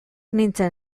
nintzen